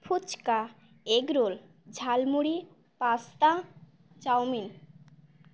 fuchka egg roll jhalmuri pasta chowmein